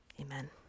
amen